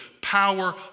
power